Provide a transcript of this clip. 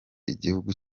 igihugu